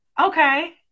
Okay